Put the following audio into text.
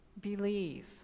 Believe